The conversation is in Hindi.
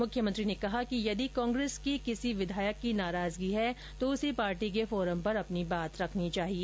मुख्यमंत्री अशोक गहलोत ने कहा कि यदि कांग्रेस के किसी विधायक की नाराजगी है तो उसे पार्टी के फोरम पर अपनी बात रखनी चाहिए